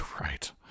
Right